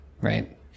right